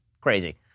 crazy